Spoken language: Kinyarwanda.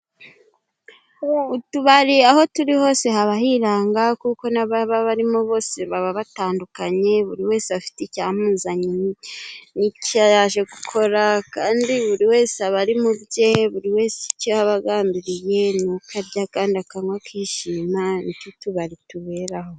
Utubari aho turi hose haba hiranga kuko n'aba barimo bose baba batandukanye buri wese afite icyamuzanye nicyo yaje gukora kandi buri wese aba ari mu bye buri wese icyo aba agambiriye nuko arya kandi akanywa akishima nicyo utubari tuberaho.